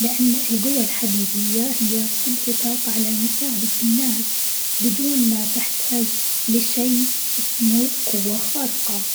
لان القوة الحقيقية هي قدرتك على مساعدة الناس بدون ما تحتاج لشيء اسمه قوة خارقة.